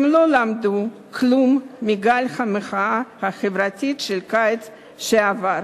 הם לא למדו כלום מגל המחאה החברתית של הקיץ שעבר.